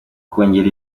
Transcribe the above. kongera